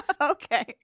Okay